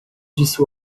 disse